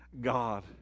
God